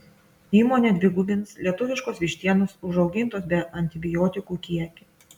įmonė dvigubins lietuviškos vištienos užaugintos be antibiotikų kiekį